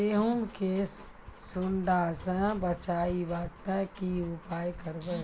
गहूम के सुंडा से बचाई वास्ते की उपाय करबै?